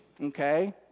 okay